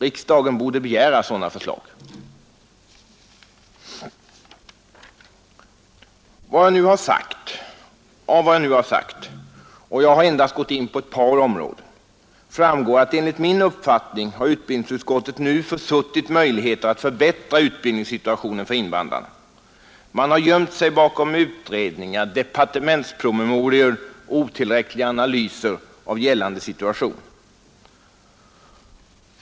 Riksdagen borde för sin del begära sådana förslag. Av vad jag sagt — och som endast gäller ett par delområden — framgår att enligt min uppfattning har utbildningsutskottet nu försuttit möjligheten att förbättra utbildningssituationen för invandrarna. Man har gömt sig bakom utredningar, departementspromemorior och otillräckliga analyser av rådande situation.